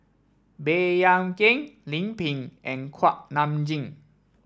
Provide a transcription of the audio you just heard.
Baey Yam Keng Lim Pin and Kuak Nam Jin